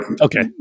okay